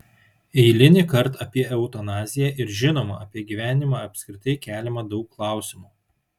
eilinį kartą apie eutanaziją ir žinoma apie gyvenimą apskritai keliama daug klausimų